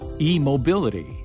E-mobility